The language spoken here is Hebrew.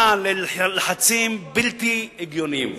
ללחצים בלתי הגיוניים.